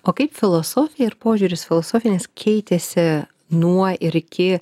o kaip filosofija ir požiūris filosofinis keitėsi nuo ir iki